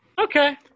Okay